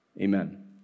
Amen